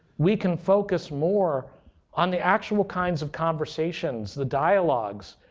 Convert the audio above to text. we can focus more on the actual kinds of conversations, the dialogues,